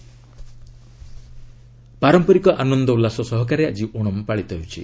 ଓଣମ୍ ପାରମ୍ପରିକ ଆନନ୍ଦ ଉଲ୍ଲାସ ସହକାରେ ଆଜି ଓଣମ୍ ପାଳିତ ହେଉଛି